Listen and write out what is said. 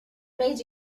made